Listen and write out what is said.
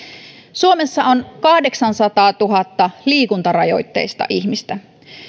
suomessa on kahdeksansataatuhatta liikuntarajoitteista ihmistä